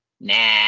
Nah